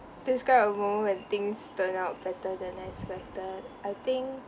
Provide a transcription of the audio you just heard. describe a moment when things turn out better than expected I think